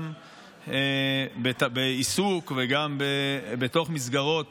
גם בעיסוק וגם בתוך מסגרות